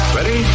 Ready